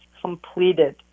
completed